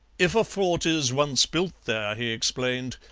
if a fort is once built there he explained,